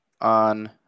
on